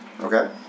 Okay